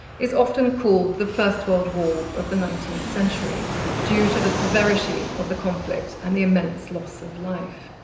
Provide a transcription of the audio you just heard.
is often called the first world war of the nineteenth century due to the severity of the conflict and the immense loss of life.